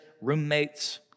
roommates